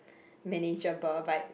manageable but